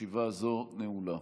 ישיבה זו נעולה.